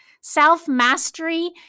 Self-mastery